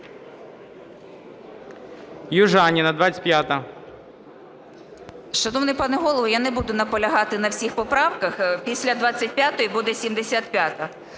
Южаніна, 25-а.